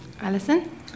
Alison